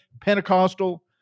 Pentecostal